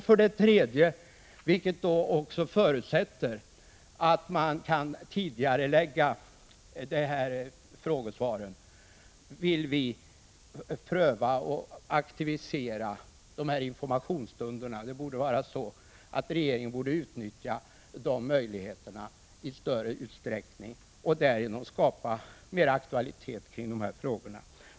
För det tredje vill vi pröva att aktivera informationsstunderna, vilket förutsätter att man kan tidigarelägga frågesvaren. Regeringen borde i större utsträckning utnyttja dessa tillfällen för att därigenom skapa större aktualitet kring olika frågor.